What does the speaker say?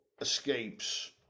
escapes